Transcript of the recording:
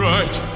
Right